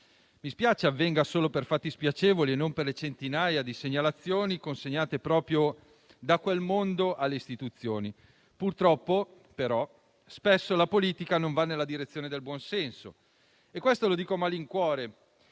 Mi spiace che ciò avvenga solo per fatti spiacevoli e non per le centinaia di segnalazioni consegnate proprio da quel mondo alle istituzioni. Purtroppo, però, spesso la politica non va nella direzione del buon senso e lo dico a malincuore,